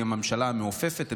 היא הממשלה המעופפת.